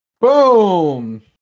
Boom